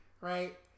right